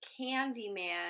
Candyman